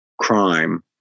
crime